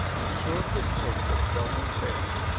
and sure his hope but seldom fails,